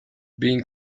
been